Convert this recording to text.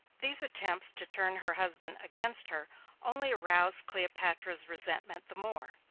these attempts to turn her husband against her only aroused cleopatra's resentment the more.